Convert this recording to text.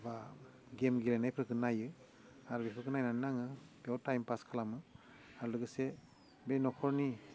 बा गेम गेलेनायफोरखौ नायो आरो बेफोरखौ नायनानैनो आङो गोबाव टाइम पास खालामो आरो लोगोसे बे न'खरनि